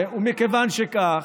מכיוון שכך,